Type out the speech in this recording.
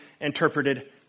interpreted